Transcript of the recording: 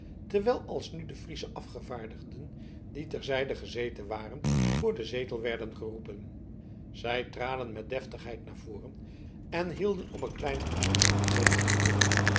terwijl alsnu de friesche afgevaardigden die ter zijde gezeten waren voor den zetel werden geroepen zij traden met deftigheid naar voren en hielden op een kleinen afstand van den zetel stil